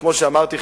כמו שאמרתי,